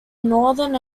northern